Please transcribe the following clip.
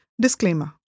Disclaimer